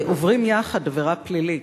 עוברים יחד עבירה פלילית,